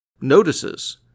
Notices